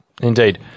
indeed